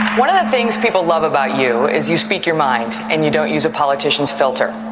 one of the things people love about you is you speak your mind and you don't use a politician's filter.